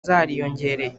zariyongereye